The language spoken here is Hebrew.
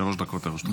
שלוש דקות לרשותך.